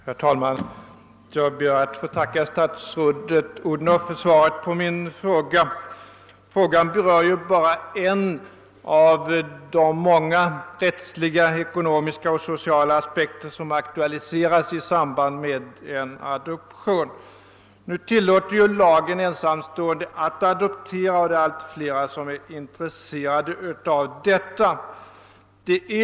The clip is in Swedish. Herr talman! Jag ber att få tacka statsrådet fru Odhnoff för svaret på min fråga. Frågan berör bara en av de många rättsliga, ekonomiska och sociala aspekter som aktualiseras i samband med en adoption. Lagen tillåter ensamstående att adoptera, och allt flera är in tresserade av detta.